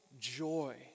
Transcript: joy